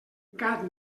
gat